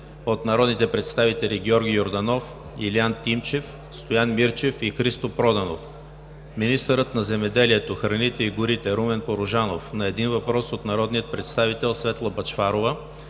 от народните представители Георги Йорданов и Илиян Тимчев; Стоян Мирчев и Христо Проданов; - министърът на земеделието, храните и горите Румен Порожанов – на един въпрос от народния представител Светла Бъчварова;